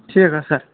ٹھیٖک حظ سَر